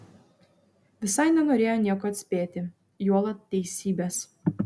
visai nenorėjo nieko atspėti juolab teisybės